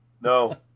No